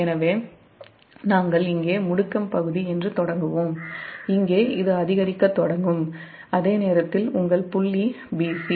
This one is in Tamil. எனவே நாம் இங்கே முடுக்கம் பகுதி என்று தொடங்குவோம் இங்கே இது அதிகரிக்கத் தொடங்கும் அதே நேரத்தில் உங்கள் புள்ளி bc